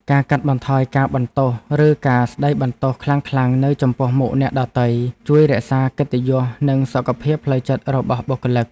ការកាត់បន្ថយការបន្ទោសឬការស្តីបន្ទោសខ្លាំងៗនៅចំពោះមុខអ្នកដទៃ ជួយរក្សាកិត្តិយសនិងសុខភាពផ្លូវចិត្តរបស់បុគ្គលិក។